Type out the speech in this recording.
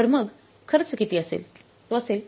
तर मग खर्च किती असेल